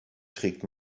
trägt